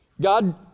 God